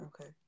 okay